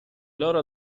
loro